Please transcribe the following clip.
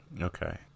Okay